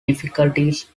difficulties